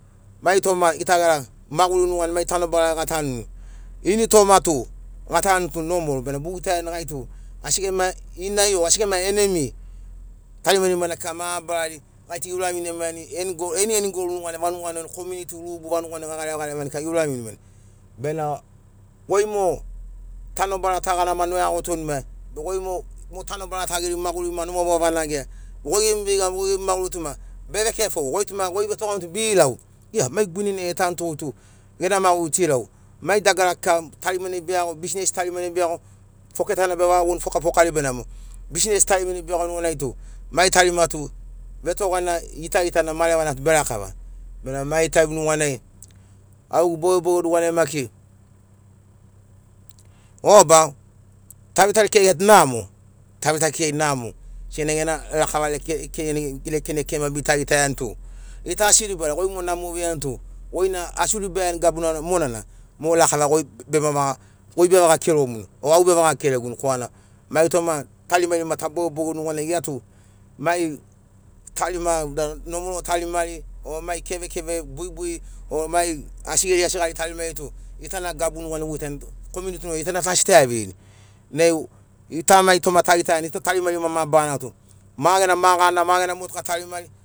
Maitoma ḡita ḡera maḡuri nuḡanai mai tanobarai ḡatanuni. initoma tu ḡatanuni tu nomol bena buḡitaiani ḡai tu asi ḡema inai o asi ḡema enemi. Tarimarima na kika mabarari ḡai tu giuravinimani engol eni enigol nuḡanai vanuḡanai kominiti lubu vanuganai ḡagarevagarevani kika ḡiura vinimani. Bena ḡoi mo tanobara ta ḡana ma noiaḡo otoni maia be ḡoi mo- mo tanobara ta ḡeri maḡuri ma no ma ḡwavanaḡia ḡoi ḡemu veiḡa ḡoi ḡemu maḡuri tu ma bevekefo ḡoi tu ma ḡoi vetoḡamu tu bi- ilau, ia! Mai guinenai etanutoḡoi tu ḡena maḡuri tu ilau mai dagara kika tarimanai beiaḡo bisness tarimanai beiaḡo foketana bevaḡa vonu fokafokari benamo bisines tarimanai beiaḡo nuḡanai tu mai tarima tu vetoḡana ḡitaḡitana marevana tu berakava. Benamo mai taim nuḡanai auḡegu boḡeboḡe nuḡanai maki oba! Tavita lekeriai tu namo tavita kekei namo senagi ḡena rakava lekenai ma bita ḡitaiani tu ḡita asi ribara mo namo oveini tu ḡoina asi uribaiani gabunana monana mo lakava ḡoi be bemavaḡa- goi bevaḡa keromuni o au bevaḡa- keroguni korana mai toma tarimarima taboḡeboḡeni nuḡanai ḡia tu mai tarima <> nomol tarimari o mai kevekeve buibui o mai asi ḡeri asi ḡari tarimari tu ḡitana gabu nuḡanai buḡitaiani tu komiti nuḡanai ḡita na tu asi taiavirini nai ḡita mai toma taḡitaiani ḡita tarimari mabarana tu ma ḡena ma ḡana ma ḡena motuka tarimari